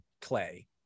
clay